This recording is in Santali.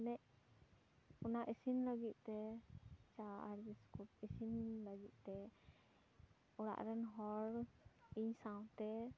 ᱢᱟᱱᱮ ᱚᱱᱟ ᱤᱥᱤᱱ ᱞᱟᱹᱜᱤᱫ ᱛᱮ ᱪᱟ ᱟᱨ ᱵᱤᱥᱠᱩᱴ ᱤᱥᱤᱱ ᱞᱟᱹᱜᱤᱫ ᱛᱮ ᱚᱲᱟᱜ ᱨᱮᱱ ᱦᱚᱲ ᱤᱧ ᱥᱟᱶᱛᱮ